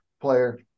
Player